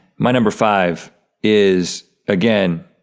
my number five is, again,